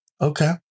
Okay